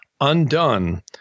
undone